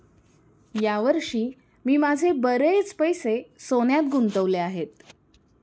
या वर्षी मी माझे बरेच पैसे सोन्यात गुंतवले आहेत